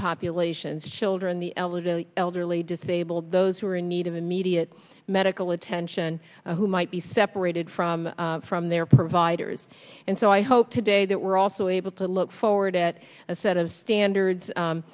populations children the elderly elderly disabled those who are in need of immediate medical attention who might be separated from from their providers and so i hope today that we're also able to look forward at a set of standards